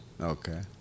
Okay